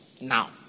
now